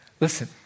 Listen